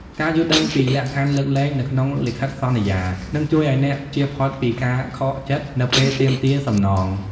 ការយល់ដឹងពី លក្ខខណ្ឌលើកលែង នៅក្នុងលិខិតសន្យា នឹងជួយឱ្យអ្នកជៀសផុតពីការខកចិត្តនៅពេលទាមទារសំណង។